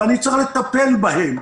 ואני צריך לטפל בהם.